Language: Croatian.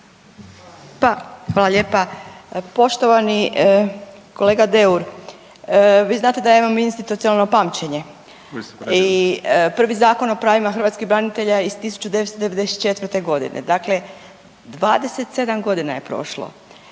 Hvala lijepa. Poštovani kolega Deur, vi znate da ja imam institucionalno pamćenje i prvi Zakon o pravima hrvatskih branitelja iz 1994. godine, dakle 27 godina je prošlo.